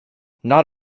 not